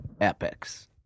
Epics